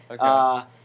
Okay